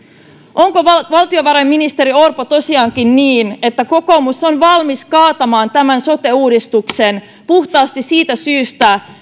onko valtiovarainministeri orpo tosiaankin niin että kokoomus on valmis kaatamaan tämän sote uudistuksen puhtaasti siitä syystä